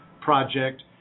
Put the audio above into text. project